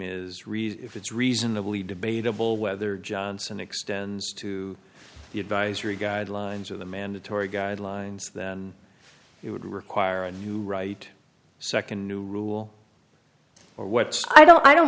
reason if it's reasonably debatable whether johnson extends to the advisory guidelines of the mandatory guidelines then it would require a new right second new rule what i don't i don't